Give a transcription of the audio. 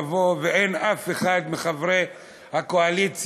לבוא ואין אף אחד מחברי הקואליציה,